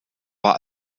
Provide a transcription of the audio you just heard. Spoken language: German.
war